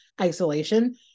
isolation